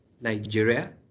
Nigeria